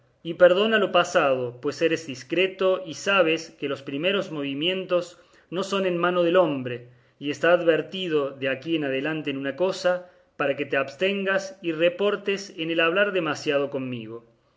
y perdona lo pasado pues eres discreto y sabes que los primeros movimientos no son en mano del hombre y está advertido de aquí adelante en una cosa para que te abstengas y reportes en el hablar demasiado conmigo